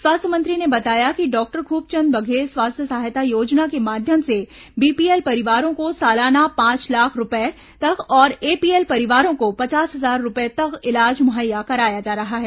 स्वास्थ्य मंत्री ने बताया कि डॉक्टर खूबचंद बघेल स्वास्थ्य सहायता योजना के माध्यम से बीपीएल परिवारों को सालाना पांच लाख रूपए तक और एपीएल परिवारों को पचास हजार रूपए तक इलाज मुहैया कराया जा रहा है